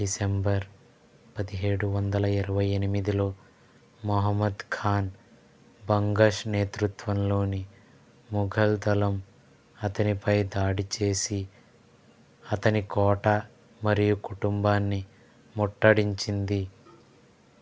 December పదిహేడు వందల ఇరవై ఎనిమిదిలో మొహమ్మద్ ఖాన్ బంగష్ నేతృత్వంలోని మొఘల్ దళం అతనిపై దాడి చేసి అతని కోట మరియు కుటుంబాన్ని ముట్టడించింది